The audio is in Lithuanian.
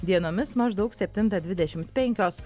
dienomis maždaug septintą dvidešimt penkios